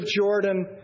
Jordan